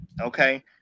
okay